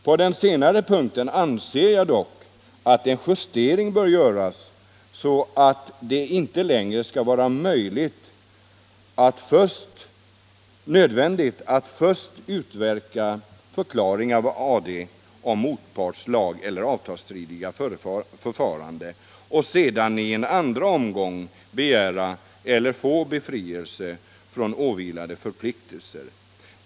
På den senare punkten anser jag dock att en justering bör göras, så att det inte längre skall vara nödvändigt att först utverka en förklaring av AD om motpartens lageller avtalsstridiga förfarande och sedan i en andra omgång begära eller få befrielse från åvilande förpliktelser.